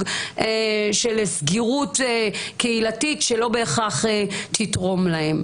של סגירות קהילתית שלא בהכרח תתרום להם.